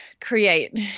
create